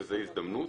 וזו הזדמנות,